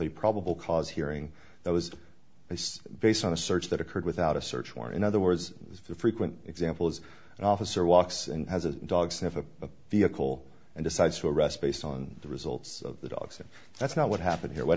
a probable cause hearing that was based on a search that occurred without a search war in other words the frequent examples an officer walks and has a dog sniff a vehicle and decides to arrest based on the results of the dogs and that's not what happened here what